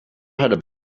had